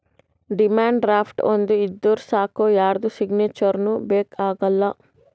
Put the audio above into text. demand draft ಒಂದ್ ಇದ್ದೂರ್ ಸಾಕ್ ಯಾರ್ದು ಸಿಗ್ನೇಚರ್ನೂ ಬೇಕ್ ಆಗಲ್ಲ